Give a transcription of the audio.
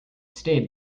stayed